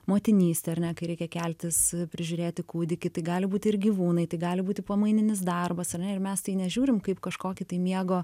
motinystė ar ne kai reikia keltis prižiūrėti kūdikį tai gali būti ir gyvūnai tai gali būti pamaininis darbas ar ne ir mes tai nežiūrim kaip į kažkokį tai miego